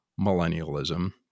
millennialism